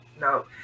No